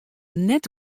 net